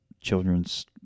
children's